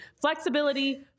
Flexibility